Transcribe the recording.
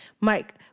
Mike